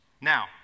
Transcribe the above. Now